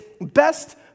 best